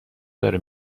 داره